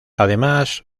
además